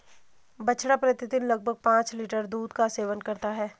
बछड़ा प्रतिदिन लगभग पांच लीटर दूध का सेवन करता है